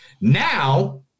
now